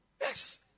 Yes